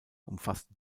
umfasste